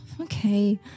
okay